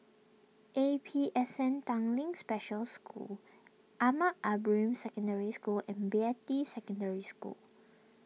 A P S N Tanglin Special School Ahmad Ibrahim Secondary School and Beatty Secondary School